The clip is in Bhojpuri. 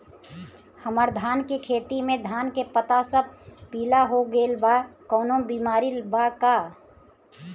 हमर धान के खेती में धान के पता सब पीला हो गेल बा कवनों बिमारी बा का?